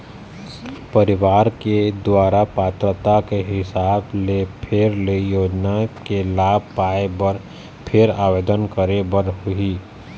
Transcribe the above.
परवार के दुवारा पात्रता के हिसाब ले फेर ले योजना के लाभ पाए बर फेर आबेदन करे बर होही